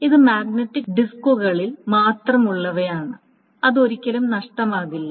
ഇത് മാഗ്നറ്റിക് ഡിസ്കുകൾ മുതലായവയാണ് അത് ഒരിക്കലും നഷ്ടമാകില്ല